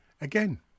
Again